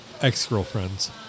ex-girlfriends